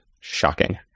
Shocking